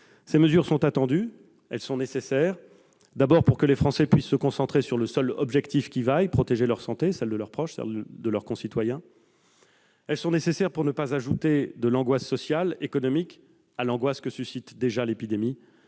Ces mesures sont attendues, elles sont nécessaires, d'abord pour que les Français puissent se concentrer sur le seul objectif qui vaille : protéger leur santé, celle de leurs proches, celle de leurs concitoyens. Elles sont aussi nécessaires pour ne pas ajouter de l'angoisse sociale, économique, à l'angoisse que suscite déjà l'épidémie.